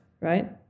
right